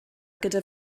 gyda